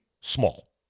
small